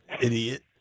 Idiot